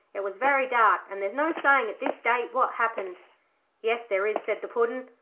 it was very dark, and there's no sayin' at this date what happened yes there is said the puddin',